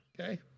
Okay